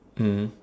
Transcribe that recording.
mm